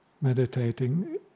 meditating